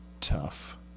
tough